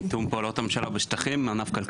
עד (ב).